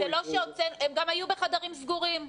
הם גם היו בחדרים סגורים.